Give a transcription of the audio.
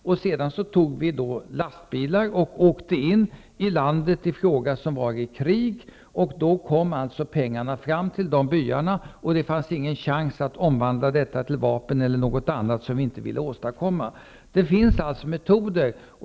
Vi åkte sedan i lastbilar in i detta land som befann sig i krig. Pengarna kom fram till byarna, och det fanns ingen chans att omvandla pengarna till vapen eller annat som vi inte ville åstadkomma. Det finns metoder.